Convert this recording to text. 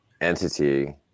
entity